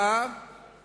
מה יותר פשוט